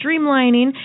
streamlining